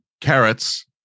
Carrots